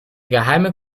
geheime